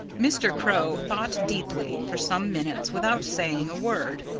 mr. crow thought deeply for some minutes without saying a word.